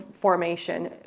formation